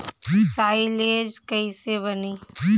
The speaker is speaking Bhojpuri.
साईलेज कईसे बनी?